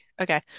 okay